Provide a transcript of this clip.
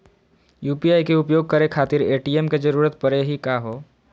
UPI के उपयोग करे खातीर ए.टी.एम के जरुरत परेही का हो?